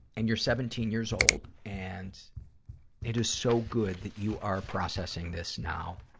and you're seventeen years old, and it is so good that you are processing this now.